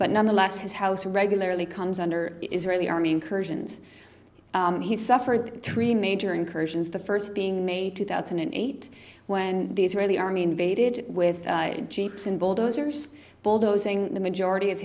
but nonetheless his house regularly comes under israeli army incursions he suffered three major incursions the first being may two thousand and eight when the israeli army invaded with jeeps and bulldozers bulldozing the majority of